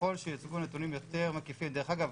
ככל שיוצגו נתונים יותר מקיפים דרך אגב,